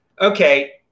Okay